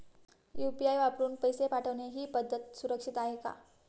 UPI वापरून पैसे पाठवणे ही पद्धत सुरक्षित आहे का?